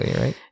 right